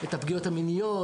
את הפגיעות המיניות,